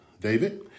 David